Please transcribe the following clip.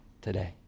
today